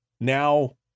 now